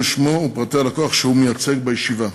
שמו ופרטי הלקוח שהוא מייצג בישיבה.